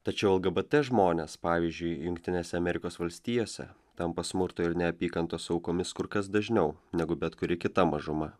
tačiau lgbt žmonės pavyzdžiui jungtinėse amerikos valstijose tampa smurto ir neapykantos aukomis kur kas dažniau negu bet kuri kita mažuma